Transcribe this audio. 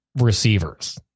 receivers